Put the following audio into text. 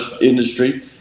industry